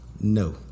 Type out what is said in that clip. No